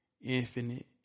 infinite